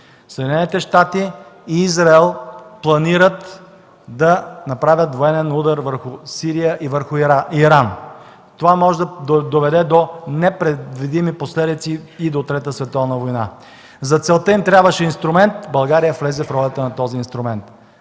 Съединените щати и Израел планират да направят военен удар върху Сирия и върху Иран. Това може да доведе до непредвидими последици и до трета световна война. За целта им трябваше инструмент. България влезе в ролята на този инструмент.